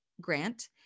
grant